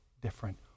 different